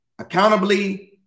accountably